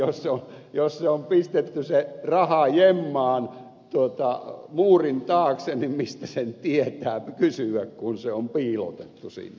no jos on pistetty se raha jemmaan muurin taakse niin mistä sen tietää kysyä kun se on piilotettu sinne